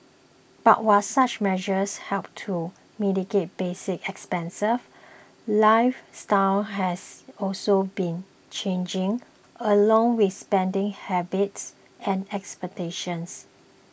but while such measures help to mitigate basic expenses lifestyles has also been changing along with spending habits and expectations